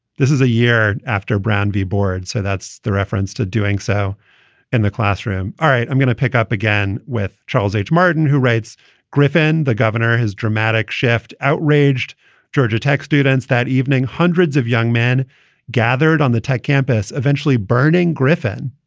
this is a year after brown v. board. so that's the reference to doing so in the classroom. all right. i'm going to pick up again with charles h. martin, who writes griffin. the governor has dramatic shift, outraged georgia tech students that evening. hundreds of young men gathered on the tech campus, eventually burning griffin,